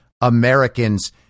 Americans